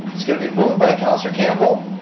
it's going to be moved by councilor campbell,